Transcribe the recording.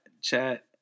Chat